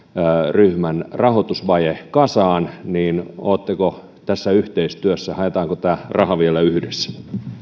ryhmän rahoitusvaje kasaan oletteko tässä yhteistyössä haetaanko tämä raha vielä yhdessä